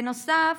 בנוסף,